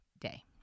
day